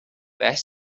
beth